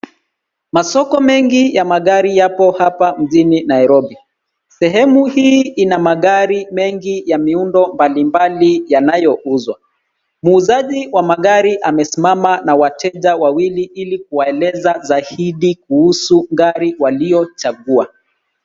Masoko mengi ya magari yapo hapa mjini Nairobi. Sehemu hii ina magari mengi ya miundo mbalimbali yanayouzwa. Muuzaji wa magari amesimama na wateja wawili ili kuwaeleza zaidi kuhusu gari waliochagua.